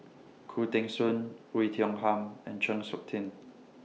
Khoo Teng Soon Oei Tiong Ham and Chng Seok Tin